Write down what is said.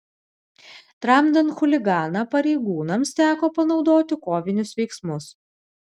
tramdant chuliganą pareigūnams teko panaudoti kovinius veiksmus